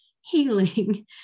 healing